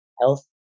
health